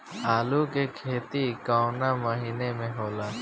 आलू के खेती कवना महीना में होला?